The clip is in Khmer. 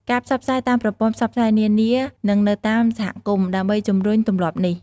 ការផ្សព្វផ្សាយតាមប្រព័ន្ធផ្សព្វផ្សាយនានា និងនៅតាមសហគមន៍ ដើម្បីជំរុញទម្លាប់នេះ។